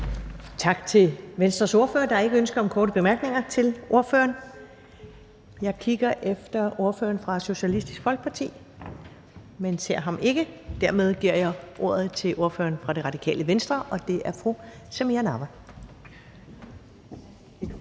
Tak til Venstres ordfører. Der er ikke noget ønske om korte bemærkninger til ordføreren. Jeg kigger efter ordføreren fra Socialistisk Folkeparti, men ser ham ikke. Dermed giver jeg ordet til ordføreren fra Radikale Venstre, og det er fru Samira Nawa.